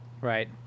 right